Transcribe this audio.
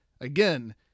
again